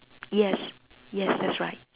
yes yes that's right